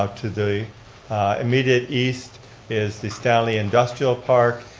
ah to the immediate east is the stanley industrial park.